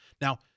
Now